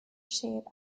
shape